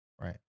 Right